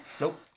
Nope